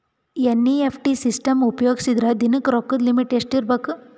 NEFT system ಉಪಯೋಗಿಸಿದರ ದಿನದ ರೊಕ್ಕದ ಲಿಮಿಟ್ ಎಷ್ಟ ಇರಬೇಕು?